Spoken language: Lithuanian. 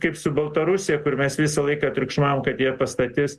kaip su baltarusija kur mes visą laiką triukšmavom kad jie pastatys